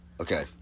Okay